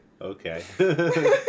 Okay